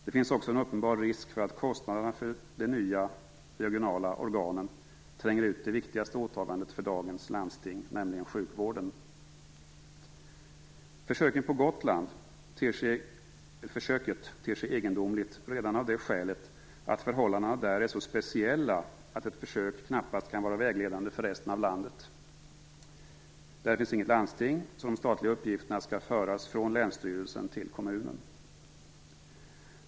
Det finns också en uppenbar risk för att kostnaderna för de nya regionala organen tränger ut det viktigaste åtagandet för dagens landsting, nämligen sjukvården. Försöket på Gotland ter sig egendomligt redan av det skälet att förhållandena där är så speciella att ett försök knappast kan vara vägledande för resten av landet. Där finns inget landsting, så de statliga uppgifterna skall föras från länsstyrelsen till kommunen.